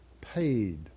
paid